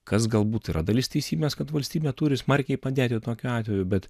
kas galbūt yra dalis teisybės kad valstybė turi smarkiai padėti tokiu atveju bet